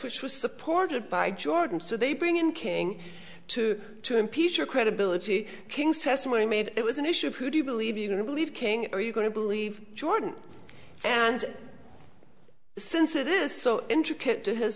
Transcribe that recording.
which was supported by jordan so they bring in king two to impeach her credibility king's testimony made it was an issue of who do you believe you know believe king are you going to believe jordan and since it is so intricate to his